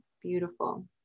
beautiful